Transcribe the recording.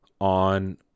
on